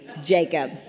Jacob